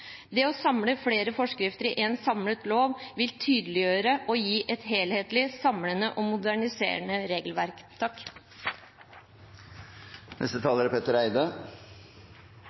Det å samle flere forskrifter under en samlet lov vil tydeliggjøre og gi et helhetlig, samlende og modernisert regelverk. Aller først: Takk til saksordføreren og komiteen for et fint arbeid. SV er